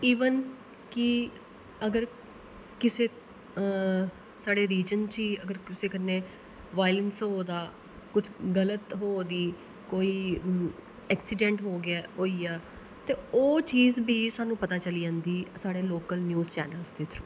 even कि अगर किसै साढ़े रीजन च गै अगर कुसै कन्नै बायलंस हो ओह्दा कुछ गलत हो ओह्दी कोई एक्सीडैंट हो गेआ होई गेआ ते ओह् चीज बी सानूं पता चली जंदी साढ़े लोकल न्यूज चैनल्स दे थ्रू